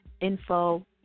Info